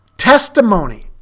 testimony